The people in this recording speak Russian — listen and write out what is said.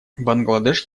бангладеш